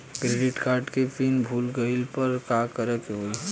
Credit card के PIN भूल गईला पर का करे के होई?